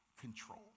control